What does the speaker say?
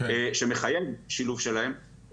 שמחייב שילוב שלהם,